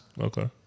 Okay